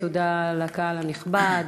תודה לקהל הנכבד.